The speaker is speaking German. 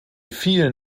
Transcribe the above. vielen